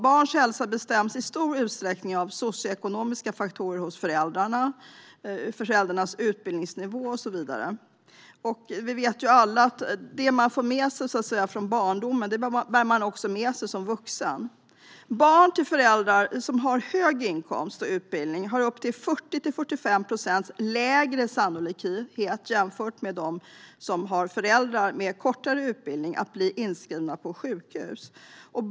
Barns hälsa bestäms i stor utsträckning av socioekonomiska faktorer hos föräldrarna. Det handlar om föräldrarnas utbildningsnivå, och så vidare. Vi vet alla att det man får med sig från barndomen bär man med sig som vuxen. Barn till föräldrar som har hög inkomst och utbildning har upp till 40-45 procents lägre sannolikhet att bli inskrivna på sjukhus jämfört med barn till föräldrar med kortare utbildning.